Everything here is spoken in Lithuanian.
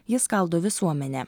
jis skaldo visuomenę